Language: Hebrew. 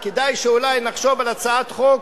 כדאי אולי שנחשוב על הצעת חוק,